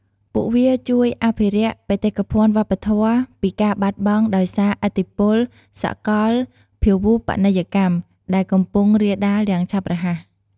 ពួកវាជួយអភិរក្សបេតិកភណ្ឌវប្បធម៌ខ្មែរពីការបាត់បង់ដោយសារឥទ្ធិពលសកលភាវូបនីយកម្ម ដែលកំពុងរាលដាលយ៉ាងឆាប់រហ័ស។